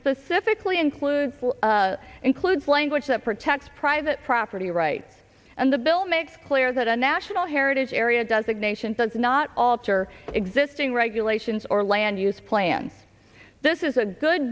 specifically includes includes language that protects private property rights and the bill makes clear that a national heritage area does that nation does not alter existing regulations or land use plan this is a good